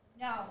No